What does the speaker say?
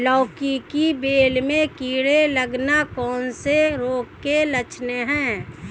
लौकी की बेल में कीड़े लगना कौन से रोग के लक्षण हैं?